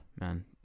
man